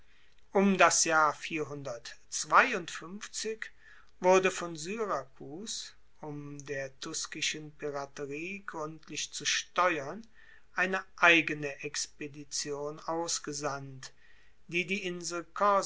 um das jahr wurde von syrakus um der tuskischen piraterie gruendlich zu steuern eine eigene expedition ausgesandt die die insel